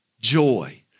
joy